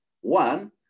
One